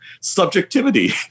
subjectivity